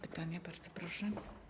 Pytanie, bardzo proszę.